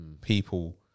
people